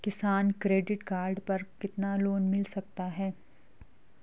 किसान credit card पर कितना लोंन मिल सकता है?